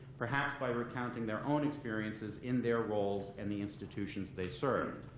perhaps by recounting their own experiences in their roles and the institutions they serve.